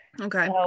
Okay